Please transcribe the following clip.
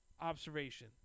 observation